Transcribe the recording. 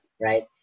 Right